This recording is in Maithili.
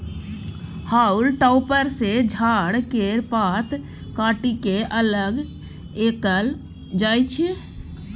हाउल टॉपर सँ झाड़ केर पात काटि के अलग कएल जाई छै